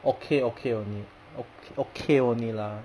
okay okay only okay okay only lah